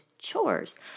chores